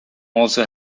also